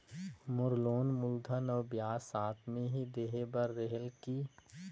मोर loan मूलधन और ब्याज साथ मे ही देहे बार रेहेल की?